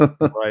Right